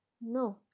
No